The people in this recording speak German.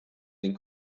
den